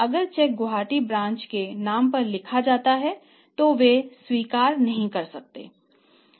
अगर cheque Guwahati branch के नाम पर लिखा जाता है तो वे स्वीकार नहीं कर सकते